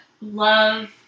love